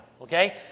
Okay